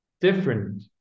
different